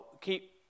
Keep